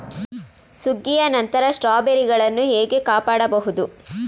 ಸುಗ್ಗಿಯ ನಂತರ ಸ್ಟ್ರಾಬೆರಿಗಳನ್ನು ಹೇಗೆ ಕಾಪಾಡ ಬಹುದು?